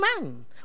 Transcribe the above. man